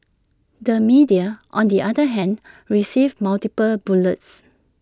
the media on the other hand received multiple bullets